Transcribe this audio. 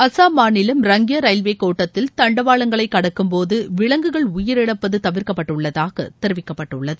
அசாம் மாநிலம் ரங்கியா ரயில்வே கோட்டத்தில் தண்டவாளங்களை கடக்கும்போது விலங்குகள் உயிரிழப்பது தவிர்க்கப்பட்டுள்ளதாக தெரிவிக்கப்பட்டுள்ளது